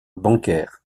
bancaire